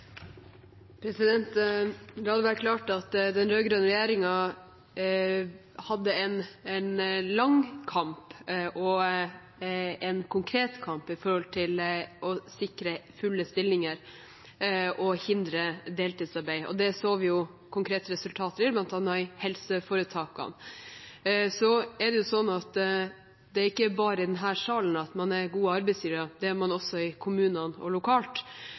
La det være klart at den rød-grønne regjeringen hadde en lang og konkret kamp for å sikre fulle stillinger og hindre deltidsarbeid. Det så vi jo konkrete resultater av, bl.a. i helseforetakene. Det er ikke bare i denne salen at man er gode arbeidsgivere, det er man også i kommunene og lokalt.